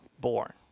born